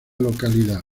localidad